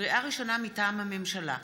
לקריאה ראשונה, מטעם הממשלה: